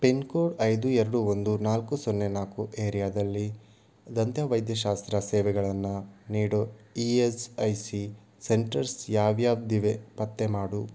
pin code ಐದು ಎರಡು ಒಂದು ನಾಲ್ಕು ಸೊನ್ನೆ ನಾಲ್ಕು ಏರಿಯಾದಲ್ಲಿ ದಂತವೈದ್ಯಶಾಸ್ತ್ರ ಸೇವೆಗಳನ್ನು ನೀಡೋ E S I C centres ಯಾವ್ಯಾವ್ದಿವೆ ಪತ್ತೆ ಮಾಡು